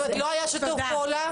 כלומר לא היה שיתוף פעולה?